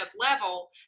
level